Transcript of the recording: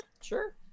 sure